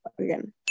again